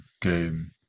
game